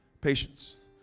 patience